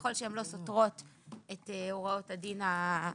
ככל שהן לא סותרות את הוראות הדין החדש.